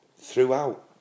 Throughout